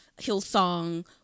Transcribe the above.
Hillsong